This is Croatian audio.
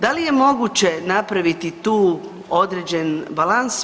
Da li je moguće napraviti tu određen balans?